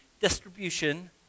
distribution